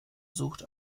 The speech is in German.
sucht